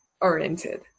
oriented